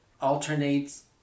alternates